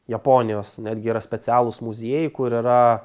japonijos netgi yra specialūs muziejai kur yra